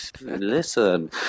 listen